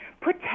put